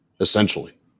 essentially